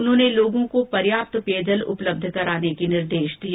उन्होंने लोगों को पर्याप्त पेयजल उपलब्ध कराने के निर्देश दिए